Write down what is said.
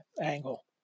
angle